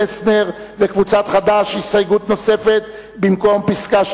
יוחנן פלסנר וקבוצת סיעת חד"ש לסעיף 2